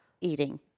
eating